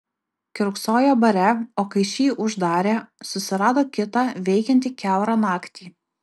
kiurksojo bare o kai šį uždarė susirado kitą veikiantį kiaurą naktį